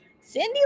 Cindy